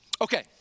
Okay